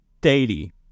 daily